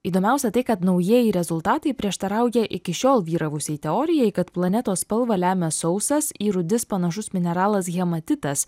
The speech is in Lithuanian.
įdomiausia tai kad naujieji rezultatai prieštarauja iki šiol vyravusiai teorijai kad planetos spalvą lemia sausas į rūdis panašus mineralas hematitas